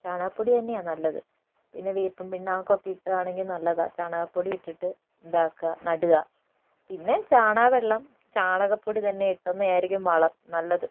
ചാണകപ്പൊടി തന്നെയാണ് നല്ലത് പിന്നെ വേപ്പിൻ പിണ്ണാക്കൊക്കെ ഇട്ടതാണെങ്കിൽ നല്ലതാണ് ചാണകപ്പൊടി ഇട്ടിട്ട് എന്താക്കുക നടുക പിന്നെ ചാണക വെള്ളം ചാണകപ്പൊടി തന്നെ ഇടുന്നതായിരിക്കും വളം നല്ലത്